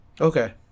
Okay